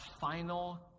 final